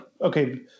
okay